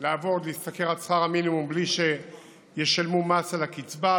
לעבוד ולהשתכר עד שכר המינימום בלי שישלמו מס על הקצבה,